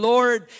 Lord